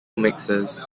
mixes